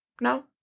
no